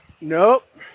Nope